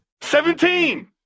Seventeen